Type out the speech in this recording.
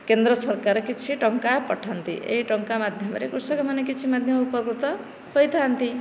କେନ୍ଦ୍ରସରକାର କିଛି ଟଙ୍କା ପଠାନ୍ତି ଏହି ଟଙ୍କା ମାଧ୍ୟମରେ କୃଷକ ମାନେ କିଛି ମାଧ୍ୟମରେ ଉପକୃତ ହୋଇଥାନ୍ତି